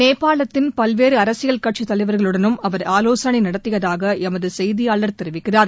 நேபாளத்தின் பல்வேறு அரசியல் கட்சித் தலைவர்களுடனும் அவர் ஆலோசனை நடத்தியதாக எமது செய்தியாளர் தெரிவிக்கிறார்